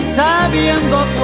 Sabiendo